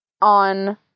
on